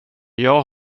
jag